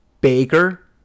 Baker